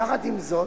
יחד עם זאת,